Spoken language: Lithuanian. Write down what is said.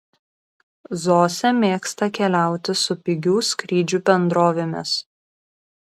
zosė mėgsta keliauti su pigių skrydžių bendrovėmis